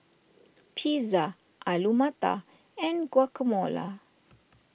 Pizza Alu Matar and Guacamole